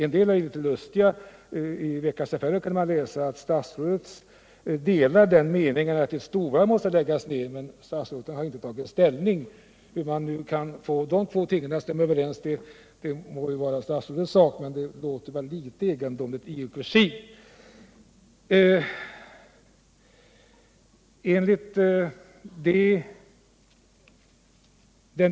En del av dem är f. ö. litet lustiga; i Veckans Affärer kan man läsa att statsrådet delar meningen att ett storvarv måste läggas ner men att han inte har tagit ställning. Hur man kan få de två tingen att stämma överens må vara statsrådets sak, men nog låter det litet egendomligt.